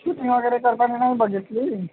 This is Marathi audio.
शूटिंग वगैरे करताना नाही बघितली